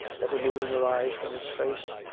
never moving her eyes from his face.